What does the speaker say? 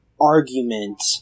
argument